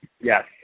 Yes